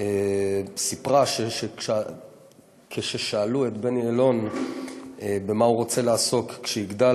סיפרה שכששאלו את בני אלון במה הוא רוצה לעסוק כשיגדל,